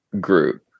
group